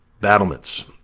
battlements